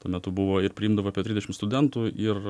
tuo metu buvo ir priimdavo apie trisdešim studentų ir